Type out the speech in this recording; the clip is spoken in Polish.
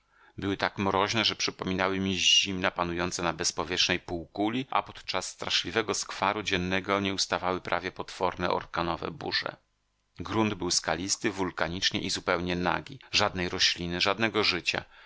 były tak mroźne że przypominały mi zimna panujące na bezpowietrznej półkuli a podczas straszliwego skwaru dziennego nieustawały prawie potworne orkanowe burze grunt był skalisty wulkaniczny i zupełnie nagi żadnej rośliny żadnego życia